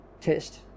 test